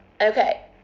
Okay